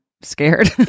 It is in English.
scared